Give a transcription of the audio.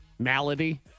Malady